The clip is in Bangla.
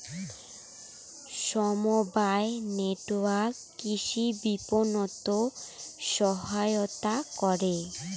সমবায় নেটওয়ার্ক কৃষি বিপণনত সহায়তা করে